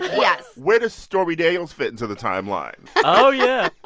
yes. where does stormy daniels fit into the timeline? oh, yeah